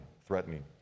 threatening